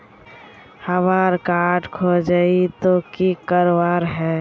हमार कार्ड खोजेई तो की करवार है?